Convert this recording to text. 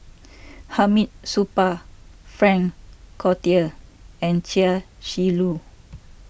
Hamid Supaat Frank Cloutier and Chia Shi Lu